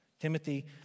Timothy